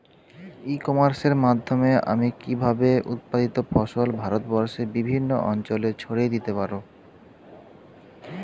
ই কমার্সের মাধ্যমে আমি কিভাবে উৎপাদিত ফসল ভারতবর্ষে বিভিন্ন অঞ্চলে ছড়িয়ে দিতে পারো?